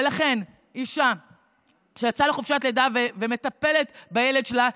לכן, אישה שיצאה לחופשת לידה ומטפלת בילד שלה,